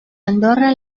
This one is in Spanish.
andorra